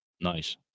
Nice